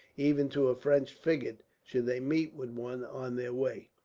even to a french frigate, should they meet with one on their way.